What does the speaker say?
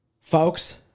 Folks